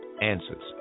Answers